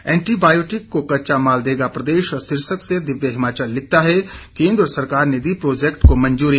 antibiotic को कच्चा माल देगा प्रदेश शीर्षक से दिव्य हिमाचल लिखता है केन्द्र सरकार ने दी प्रोजेक्ट को मंजूरी